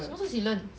什么是 sealant